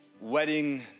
wedding